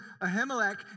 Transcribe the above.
Ahimelech